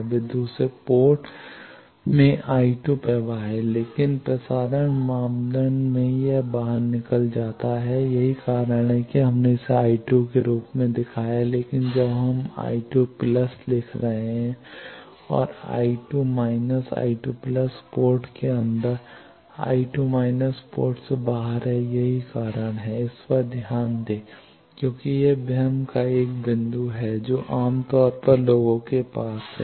वे दूसरे पोर्ट में I2 प्रवाह हैं लेकिन प्रसारण मापदंड में यह बाहर निकल जाता है यही कारण है कि हमने इसे I2 के रूप में दिखाया है लेकिन जब हम लिख रहे हैं और पोर्ट के अंदर पोर्ट से बाहर है यही कारण है कि इस पर ध्यान दें क्योंकि यह भ्रम का 1 बिंदु है जो आम तौर पर लोगों के पास है